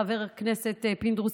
חבר כנסת פינדרוס,